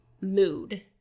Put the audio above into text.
mood